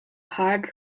hard